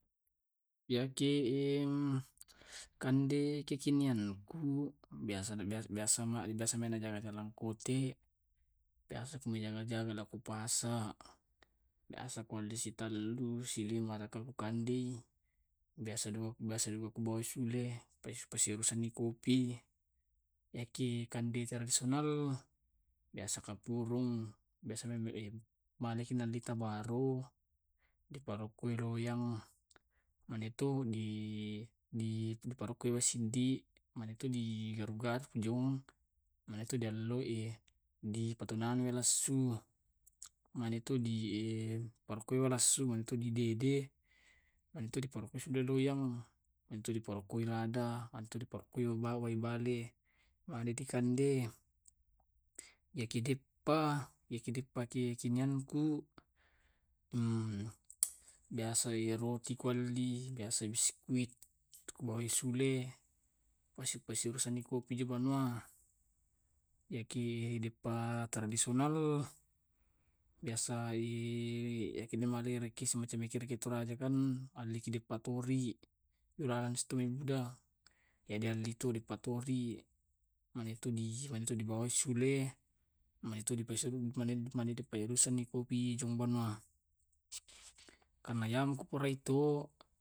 Iyaki em kande kikinian, biasa na biasa biasa ana ana kote la pasa biasa na ku ma jaga jaga ku pasa biasa ku sitallu na ku kande. Biasa bi biasa biasa pesan kopi. Eki kande tradisional biasa kapurung, biasa bale mi na alli tawaro yakuro yang manatu di di dipakoroe siddi yaitu di gang jau yanaitu dialloi, ditonana lass. mainatu di koe walassunantu di dede untu di paluleng, intu dipantui ada, intu pawalie dikande. Iyakiteppa iyakiteppaki singangku hmm biasa yaro kukialli, biasa biskui wisule, naipa kupesangkanki kopi. Iyaki beppa tradisional biasae naiki male na cumaki toraja kan alleki deepatori, iyanaitu dipatori. Iyatu dimosuile, iyanaitu dipasurukanni kopi dijumbanae anayang urae to.